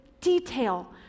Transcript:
detail